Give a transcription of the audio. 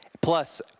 plus